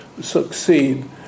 succeed